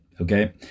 okay